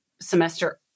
semester